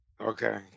Okay